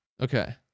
Okay